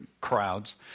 crowds